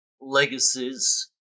legacies